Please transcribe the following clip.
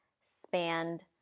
spanned